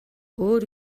өөр